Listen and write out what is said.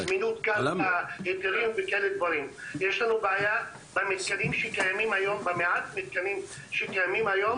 יש לנו בעיה במעט מתקנים שקיימים היום,